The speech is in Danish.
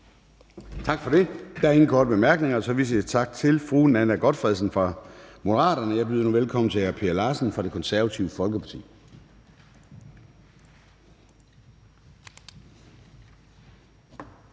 Tak for det. Der er ingen korte bemærkninger, så vi siger tak til fru Nanna W. Gotfredsen fra Moderaterne. Jeg byder nu velkommen til hr. Per Larsen fra Det Konservative Folkeparti.